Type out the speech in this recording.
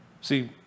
See